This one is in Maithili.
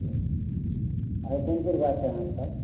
अच्छा कोन कोन गाछ है अहाँके पास